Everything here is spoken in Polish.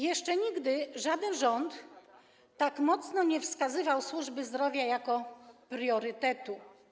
Jeszcze nigdy żaden rząd tak mocno nie wskazywał służby zdrowia jako priorytetu.